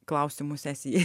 klausimų sesijai